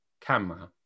camera